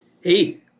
Hey